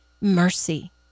mercy